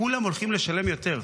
כולם הולכים לשלם יותר.